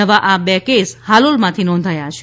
નવા આ બે કેસ હાલોલમાંથી નોંધાયા છે